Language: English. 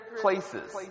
places